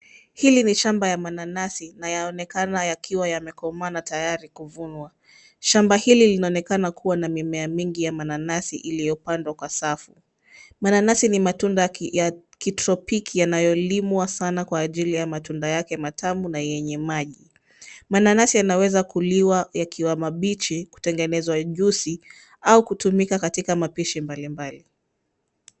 Hili ni shamba ya mananasi na yaonekana yakiwa yamekomaa yakiwa na tayari kuvunwa. Shamba hii inaonekana kuwa na mimea mingi ya mananasi iliyopandwa kwa safu. Mananasi ni matunda ya kitropiki yanayolimwa sana kwa ajili ya matunda yake matamu na yenye maji. Mananasi yanaweza kuliwa yakiwa mabichi, kutengenezwa juisi au kutumika katika mapishi mbalimbali.